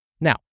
Now